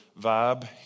vibe